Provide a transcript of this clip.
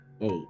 eight